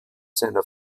seiner